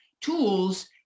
tools